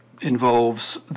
involves